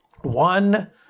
one